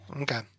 Okay